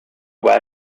west